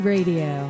Radio